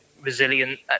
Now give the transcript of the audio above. resilient